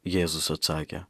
jėzus atsakė